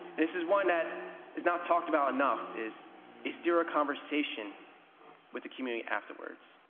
this is one that is not talked about enough, is is there a conversation with the community afterwards?